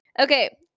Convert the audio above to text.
Okay